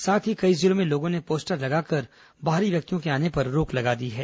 साथ ही कई गांवों में लोगों ने पोस्टर लगाकर बाहरी व्यक्तियों के आने पर रोक लगा दी है